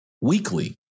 weekly